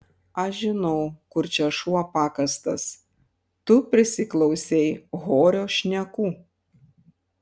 aš žinau kur čia šuo pakastas tu prisiklausei horio šnekų